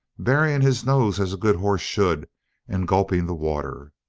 burying his nose as a good horse should and gulping the water.